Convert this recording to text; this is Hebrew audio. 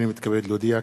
הנני מתכבד להודיע,